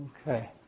Okay